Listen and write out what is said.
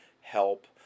help